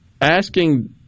asking